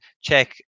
check